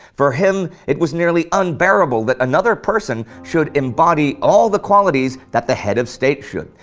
for him it was nearly unbearable that another person should embody all the qualities that the head of state should.